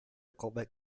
come